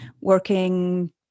working